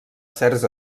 certs